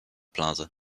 plaza